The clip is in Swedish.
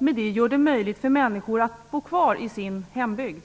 Det gör det möjligt för människor att bo kvar i sin hembygd.